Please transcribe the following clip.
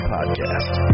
Podcast